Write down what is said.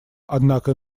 однако